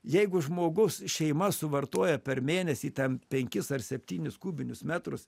jeigu žmogus šeima suvartoja per mėnesį ten penkis ar septynis kubinius metrus